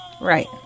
Right